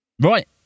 Right